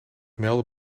melden